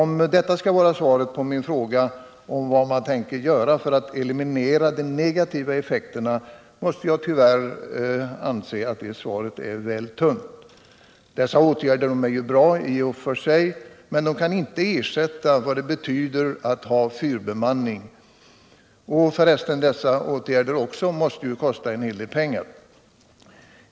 Om detta skall vara svaret på min fråga om vad man tänker göra för att eliminera de negativa effekterna av en avbemanning, måste jag tyvärr anse att svaret är väl tunt. De nämnda åtgärderna är i och för sig bra, men de kan inte ersätta fyrbemanningen och vad den betyder. Förresten måste ju också dessa åtgärder kosta en hel del pengar.